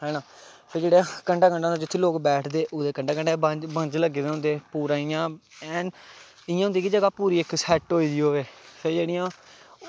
हैना फिर जेह्ड़ा कंडा कंडा जित्थें लोग बैठदे ओह्दै कंडै कंडै बी बंज लग्गे दे होंदे इ'यां होंदा कि पूरी जगह सैट्ट होई दी होऐ ते जेह्ड़ियां